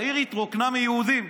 העיר התרוקנה מיהודים.